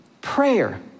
prayer